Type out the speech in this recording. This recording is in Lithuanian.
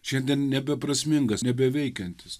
šiandien nebeprasmingas nebeveikiantis